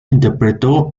interpretó